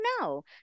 No